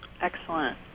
excellent